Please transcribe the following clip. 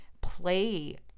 play